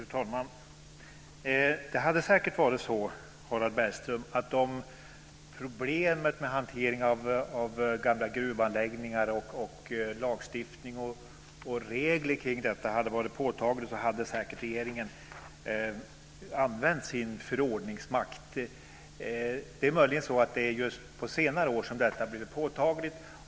Fru talman! Det hade säkert varit så, Harald Bergström, att om problemet med hanteringen av gamla gruvanläggningar, lagstiftning och regler kring detta hade varit påtagligt hade regeringen säkert använt sin förordningsmakt. Det är möjligen så att detta just på senare år har blivit påtagligt.